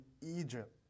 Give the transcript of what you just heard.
Egypt